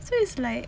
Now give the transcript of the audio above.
so it's like